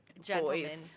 gentlemen